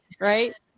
right